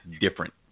different